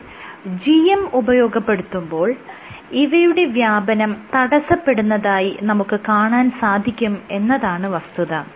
എന്നാൽ GM ഉപയോഗപ്പെടുത്തുമ്പോൾ ഇവയുടെ വ്യാപനം തടസ്സപ്പെടുന്നതായി നമുക്ക് കാണാൻ സാധിക്കും എന്നതാണ് വസ്തുത